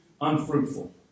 unfruitful